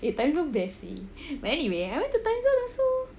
eh Timezone bes seh but anyway I went to Timezone also